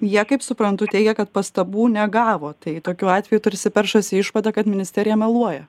jie kaip suprantu teigia kad pastabų negavo tai tokiu atveju tarsi peršasi išvada kad ministerija meluoja